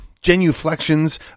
genuflections